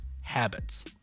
habits